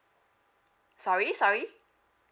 sorry sorry